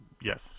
Yes